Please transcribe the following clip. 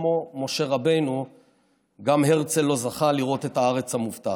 כמו משה רבנו גם הרצל לא זכה לראות את הארץ המובטחת.